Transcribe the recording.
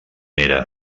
era